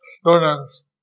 students